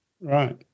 Right